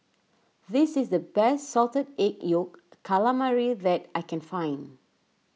this is the best Salted Egg Yolk Calamari that I can find